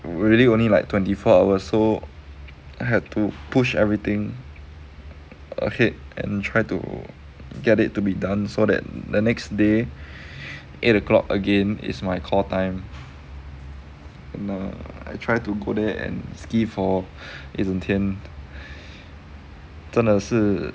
we're really only like twenty four hours so I had to push everything ahead and try to get it to be done so that the next day eight o'clock again is my call time and I try to go there and ski for 一整天真的是